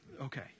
okay